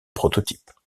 prototype